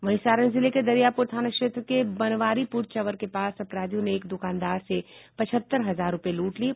वहीं सारण जिले के दरियापूर थाना क्षेत्र के बनवारीपूर चंवर के पास अपराधियों ने एक द्रकानदार से पचहत्तर हजार रुपये लूट लिये